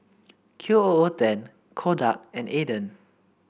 Q O O ten Kodak and Aden